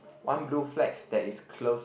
one blue flags that is close